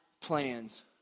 plans